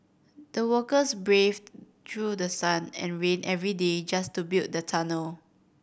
the workers braved through the sun and rain every day just to build the tunnel